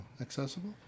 Accessible